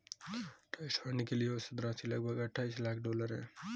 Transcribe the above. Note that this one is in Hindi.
ट्रस्ट फंड के लिए औसत राशि लगभग अट्ठाईस लाख डॉलर है